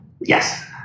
Yes